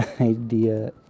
idea